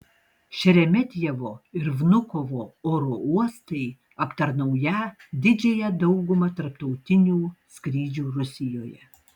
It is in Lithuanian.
šeremetjevo ir vnukovo oro uostai aptarnaują didžiąją daugumą tarptautinių skrydžių rusijoje